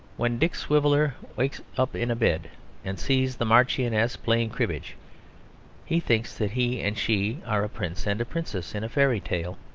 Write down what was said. when dick swiveller wakes up in bed and sees the marchioness playing cribbage he thinks that he and she are a prince and princess in a fairy tale.